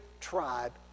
tribe